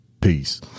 Peace